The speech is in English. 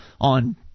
on